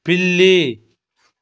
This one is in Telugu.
పిల్లి